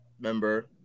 member